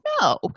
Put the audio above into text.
No